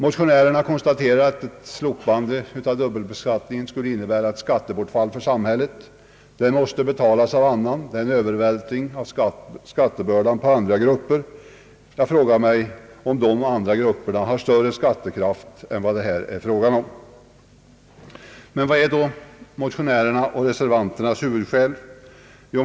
Motionärerna konstaterar att ett slopande av dubbelbeskattningen skulle innebära ett skattebortfall för samhället. Det måste betalas av andra. Det är en övervältring av skattebördan på andra grupper. Jag frågar mig om de andra grupperna har större skattekraft än dem det här gäller. Men vad är motionärernas och reservanternas huvudskäl?